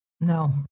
No